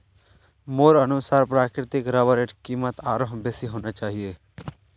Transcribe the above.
मोर अनुसार प्राकृतिक रबरेर कीमत आरोह बेसी होना चाहिए